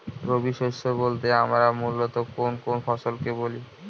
রবি শস্য বলতে আমরা মূলত কোন কোন ফসল কে বলি?